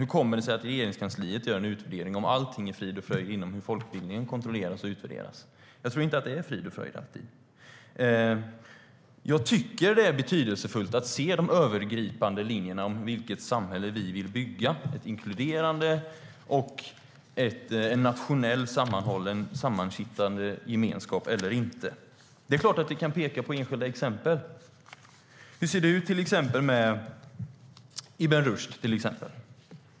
Hur kommer det sig att Regeringskansliet gör en utvärdering om allting är frid och fröjd i fråga om hur folkbildningen kontrolleras och utvärderas? Jag tror inte att det är frid och fröjd. Jag tycker att det är betydelsefullt att se de övergripande linjerna. Vilket samhälle vill vi bygga? Handlar det om ett inkluderande samhälle och en nationellt sammanhållen gemenskap eller inte? Det är klart att vi kan peka på enskilda exempel. Hur ser det ut med Ibn Rushd, till exempel?